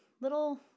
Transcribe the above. little